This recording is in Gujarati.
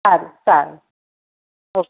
સારું સારું ઓકે